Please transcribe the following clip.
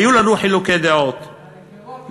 היו לנו חילוקי דעות,